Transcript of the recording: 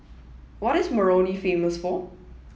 what is Moroni famous for